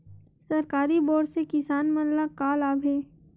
सरकारी बोर से किसान मन ला का लाभ हे?